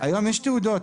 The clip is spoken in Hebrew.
היום יש תעודות.